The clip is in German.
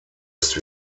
ist